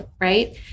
right